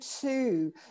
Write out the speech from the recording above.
two